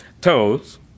toes